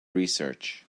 research